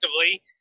effectively